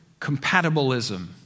compatibilism